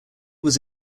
was